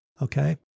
okay